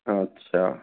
अच्छा